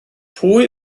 pwy